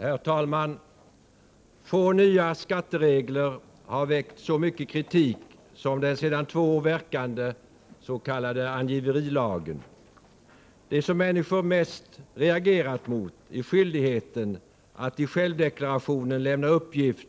Herr talman! Få nya skatteregler har väckt så mycket kritik som den sedan två år verkande s.k. angiverilagen. Det som människor mest reagerat mot är skyldigheten att i självdeklarationen lämna uppgift